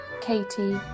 Katie